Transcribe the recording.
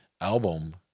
album